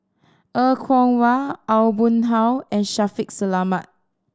Er Kwong Wah Aw Boon Haw and Shaffiq Selamat